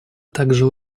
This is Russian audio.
также